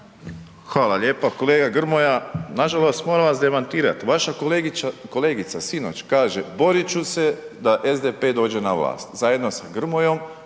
Hvala lijepa. Kolega Grmoja, nažalost moram vas demantirati, vaša kolegica sinoć kaže borit ću se da SDP dođe na vlast, zajedno sa Grmojom,